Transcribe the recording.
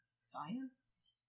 science